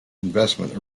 investment